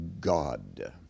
God